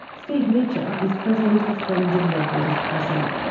steve meacher is president of friends of leadbeater's possum,